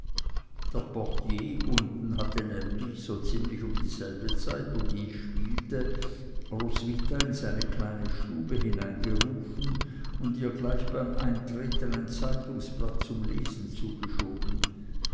der portier unten hatte nämlich so ziemlich um dieselbe zeit wo dies spielte roswitha in seine kleine stube hineingerufen und ihr gleich beim eintreten ein zeitungsblatt zum lesen zugeschoben